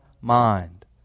mind